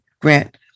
grant